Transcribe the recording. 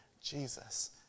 Jesus